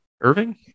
Irving